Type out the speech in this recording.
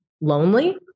lonely